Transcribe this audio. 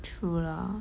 true lah